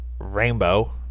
Rainbow